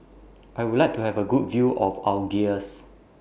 I Would like to Have A Good View of Algiers